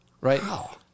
Right